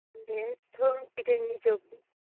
পিঠের নীচ অবধি